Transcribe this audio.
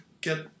get